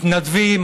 מתנדבים,